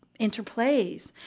interplays